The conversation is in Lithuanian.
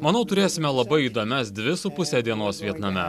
manau turėsime labai įdomias dvi su puse dienos vietname